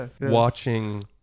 watching